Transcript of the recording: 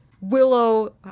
Willow